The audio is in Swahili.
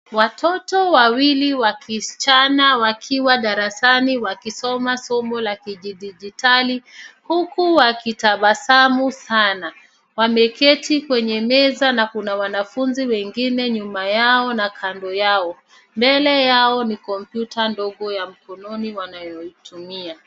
Watoto wawili wa kisichana wakiwa darasani wakisoma somo la kidijitali huku wakitabasamu sana. Wameketi kwenye meza na kuna wanafunzi wengine nyuma yao na kando yao. Mbele yao ni kompyuta ndogo ya mkononi wanayoitumia.